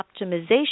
optimization